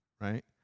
right